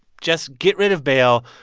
just get rid of bail,